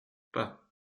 pas